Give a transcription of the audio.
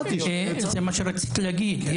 מה שרציתי להגיד,